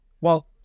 Well-